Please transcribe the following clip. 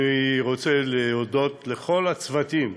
אני רוצה להודות לכל הצוותים,